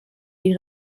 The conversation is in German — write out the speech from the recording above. die